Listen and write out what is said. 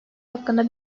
hakkında